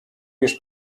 już